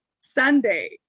Sunday